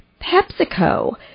PepsiCo